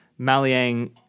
Maliang